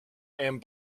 and